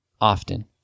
often